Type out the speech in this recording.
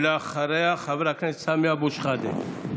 ואחריה, חבר הכנסת סמי אבו שחאדה.